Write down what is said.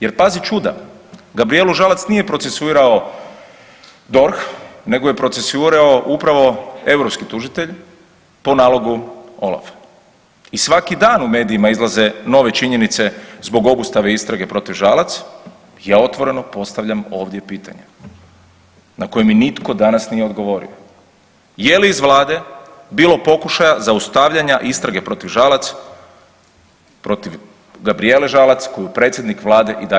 Jer, pazi čuda, Gabrijelu Žalac nije procesuirao DORH, nego ju je procesuirao upravo europski tužitelj po nalogu OLAF-a i svaki dan u medijima izlaze nove činjenice zbog obustave istrage protiv Žalac, ja otvoreno postavljam ovdje pitanje na koje mi nitko danas nije odgovorio, je li iz Vlade bilo pokušaja zaustavljanja istrage protiv Žalac, protiv Gabrijele Žalac koju predsjednik Vlade i dalje hvali?